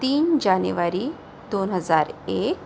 तीन जानेवारी दोन हजार एक